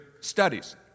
studies